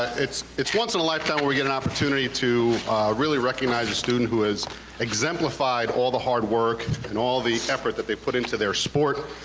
it's it's once in a lifetime where you get an opportunity to really recognize a student who has exemplified all the hard work and all the effort that they've put into their sport.